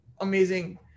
amazing